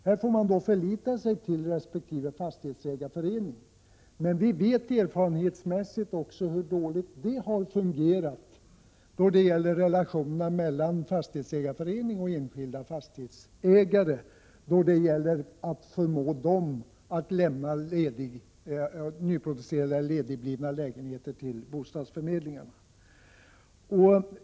Där får man förlita sig på resp. fastighetsägareförening. Men vi vet SS dT é é å 3 Er stadsanvisningsrätt, erfarenhetsmässigt hur dåligt relationerna mellan fastighetsägareföreningar RR na och enskilda fastighetsägare har fungerat. Det har varit svårt att förmå dessa senare att lämna nyproducerade eller ledigblivna lägenheter till bostadsförmedlingen.